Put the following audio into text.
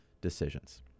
decisions